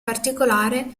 particolare